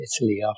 Italy